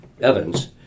Evans